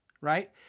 right